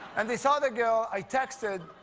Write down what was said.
and this other girl i texted,